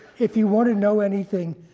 if you want to know anything,